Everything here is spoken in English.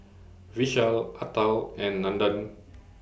Vishal Atal and Nandan